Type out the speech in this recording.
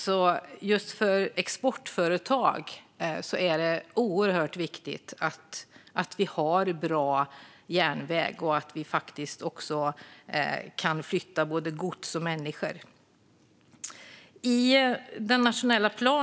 För just exportföretag är det oerhört viktigt att det finns bra järnväg och att man kan flytta både gods och människor.